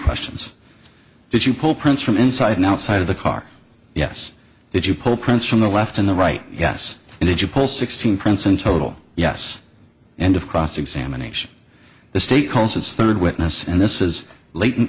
questions did you pull prints from inside and outside of the car yes did you pull prints from the left and the right yes and if you pull sixteen prints in total yes end of cross examination the state calls its third witness and this is l